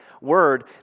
Word